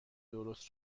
درست